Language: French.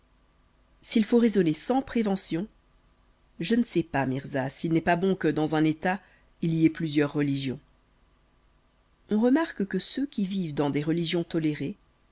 s'il faut raisonner sans prévention je ne sais mirza s'il n'est pas bon que dans un état il y ait plusieurs religions on remarque que ceux qui vivent dans des religions tolérées